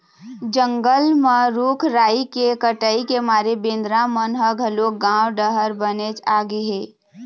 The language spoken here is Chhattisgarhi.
जंगल म रूख राई के कटई के मारे बेंदरा मन ह घलोक गाँव डहर बनेच आगे हे